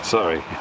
Sorry